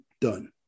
done